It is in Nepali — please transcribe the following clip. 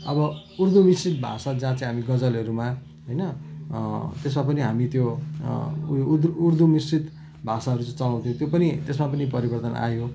अब उर्दू मिश्रित भाषा जहाँ चाहिँ हामी गजलहरूमा होइन त्यसमा पनि हामी त्यो उयो उर्दू मिश्रित भाषाहरू चाहिँ चलाउँथ्यौँ त्यो पनि त्यसमा पनि परिवर्तन आयो